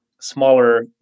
smaller